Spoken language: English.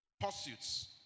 pursuits